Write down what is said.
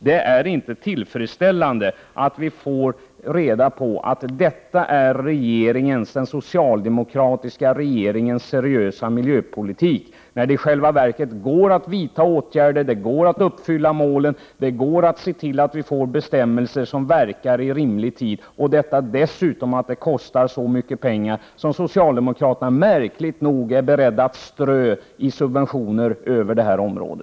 Det är inte tillfredsställande att vi får veta att det är den socialdemokratiska regeringens seriösa miljöpolitik. Det går ju att vidta åtgärder, att nå målen och få fram bestämmelser i rimlig tid. Vi får också veta vad det kostar, men de pengarna är socialdemokraterna märkligt nog beredda att strö ut i subventioner på detta område.